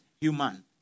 human